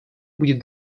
будет